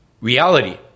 reality